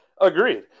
Agreed